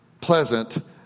pleasant